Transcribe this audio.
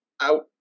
out